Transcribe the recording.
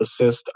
assist